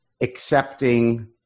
accepting